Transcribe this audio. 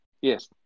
Yes